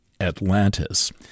Atlantis